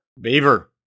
Beaver